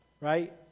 Right